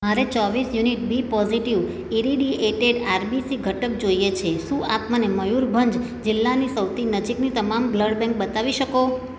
મારે ચોવીસ unit B positive irradiated RBC ઘટક જોઈએ છે શું આપ મને મયૂરભંજ જિલ્લાની સૌથી નજીકની તમામ બ્લડ બેંક બતાવી શકો